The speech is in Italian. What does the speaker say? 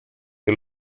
che